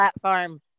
platform